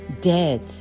dead